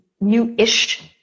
new-ish